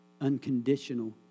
unconditional